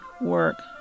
work